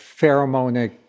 pheromonic